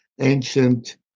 ancient